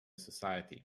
society